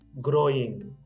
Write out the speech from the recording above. growing